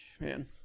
man